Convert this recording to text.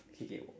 K K